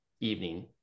evening